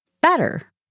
better